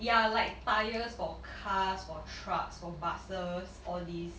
ya like tyres for cars for trucks for buses all these